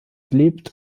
lebt